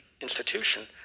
institution